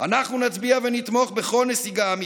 "אנחנו נצביע ונתמוך בכל נסיגה אמיתית.